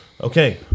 Okay